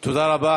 תודה רבה.